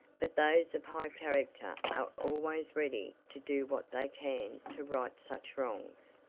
but those of high character are always ready to do what they can to right such wrongs.